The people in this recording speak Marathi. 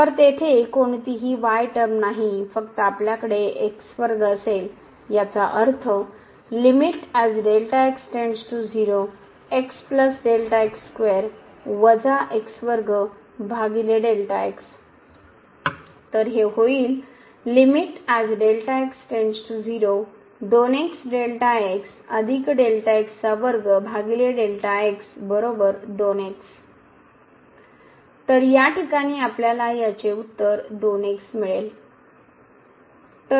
तर तेथे कोणतीही y टर्म नाही फक्त आपल्याकडे x वर्ग असेल याचा अर्थ तर हे होईल तर या ठिकाणी आपल्याला याचे उत्तर 2x मिळेल